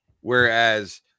whereas